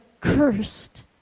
cursed